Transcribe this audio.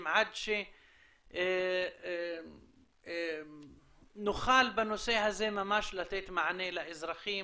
עד שנוכל בנושא הזה ממש לתת מענה לאזרחים.